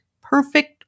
perfect